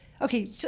Okay